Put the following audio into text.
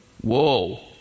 Whoa